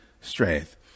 strength